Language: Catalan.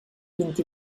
vint